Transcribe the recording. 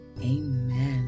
Amen